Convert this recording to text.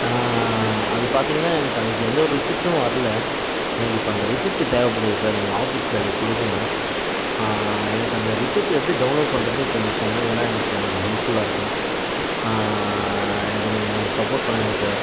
அது பார்த்திங்கன்னா எனக்கு அதுக்கு எந்தவொரு ரிசிப்ட்டும் வரல எனக்கு இப்போ அந்த ரிசிப்ட்டு தேவைப்படுது சார் எங்கள் ஆஃபீஸில் அதை கொடுக்கணும் எனக்கு அந்த ரிசிப்ட்டு எப்படி டவுன்லோட் பண்ணுறதுன்னு கொஞ்சம் சொன்னிங்கன்னா எனக்கு கொஞ்சம் ஹெல்ப்ஃபுல்லாக இருக்கும் எனக்கு நீங்கள் கொஞ்சம் சப்போர்ட் பண்ணுங்கள் சார்